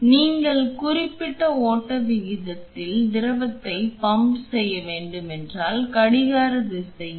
எனவே நீங்கள் ஒரு குறிப்பிட்ட ஓட்ட விகிதத்தில் திரவத்தை பம்ப் செய்ய வேண்டும் என்றால் கடிகார திசையில்